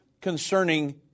concerning